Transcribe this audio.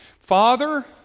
Father